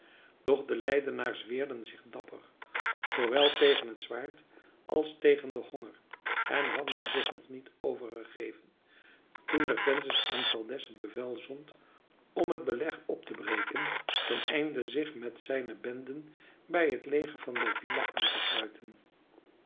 doch de leidenaars weerden zich dapper zoowel tegen het zwaard als tegen den honger en hadden zich nog niet overgegeven toen requesens aan valdez het bevel zond om het beleg op te breken teneinde zich met zijne benden bij het leger van d'avila aan te sluiten